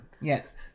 yes